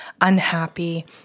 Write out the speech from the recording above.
unhappy